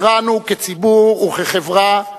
הכרענו כציבור וכחברה,